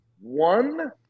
one